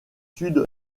sud